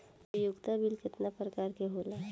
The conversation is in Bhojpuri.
उपयोगिता बिल केतना प्रकार के होला?